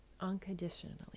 unconditionally